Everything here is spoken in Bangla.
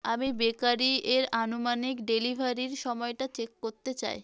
আমি বেকারি এর আনুমানিক ডেলিভারির সময়টা চেক করতে চাই